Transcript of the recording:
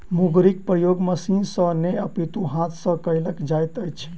मुंगरीक प्रयोग मशीन सॅ नै अपितु हाथ सॅ कयल जाइत अछि